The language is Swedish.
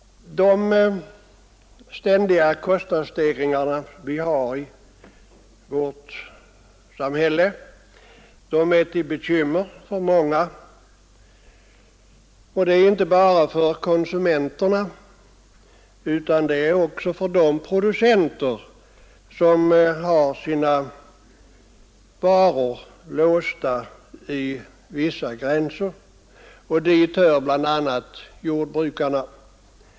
De ständiga kostnadsstegringar vi har i vårt samhälle är till bekymmer för många — inte bara för konsumenterna utan också för de producenter som har sina varor låsta inom vissa gränser. Dit hör bl.a. jordbrukarna.